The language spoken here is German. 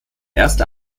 erste